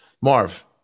Marv